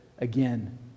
Again